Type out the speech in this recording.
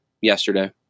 yesterday